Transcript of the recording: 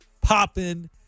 popping